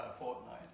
fortnight